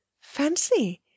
Fancy